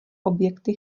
objekty